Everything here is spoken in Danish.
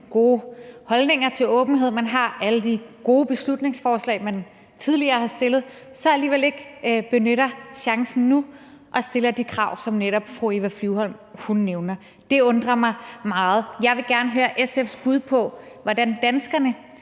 gode holdninger, man har til åbenhed, alle de beslutningsforslag, man tidligere har fremsat, så alligevel ikke benytter chancen nu og stiller de krav, som netop fru Eva Flyvholm nævner. Det undrer mig meget. Jeg vil gerne høre SF's bud på, hvordan danskerne